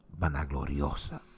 vanagloriosa